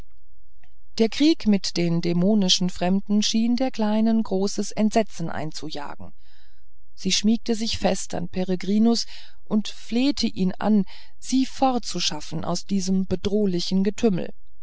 der krieg mit den dämonischen fremden schien der kleinen großes entsetzen einzujagen sie schmiegte sich fest an peregrinus und flehte ihn an sie fortzuschaffen aus diesem bedrohlichen getümmel